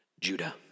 Judah